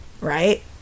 right